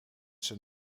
zijn